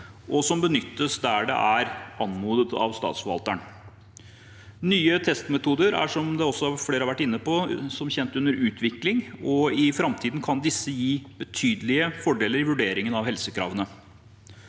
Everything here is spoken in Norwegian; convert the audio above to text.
og det benyttes der det er anmodet av statsforvalteren. Nye testmetoder er, som også flere har vært inne på, som kjent under utvikling, og i framtiden kan disse gi betydelige fordeler i vurderingen av helsekravene.